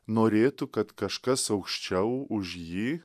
norėtų kad kažkas aukščiau už jį